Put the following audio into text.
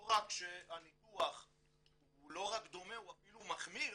לא רק שהניתוח הוא לא רק דומה, הוא אפילו מחמיר,